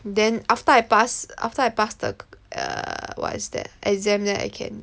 then after I pass after I pass the err what is that exam then I can